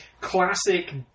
classic